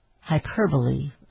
hyperbole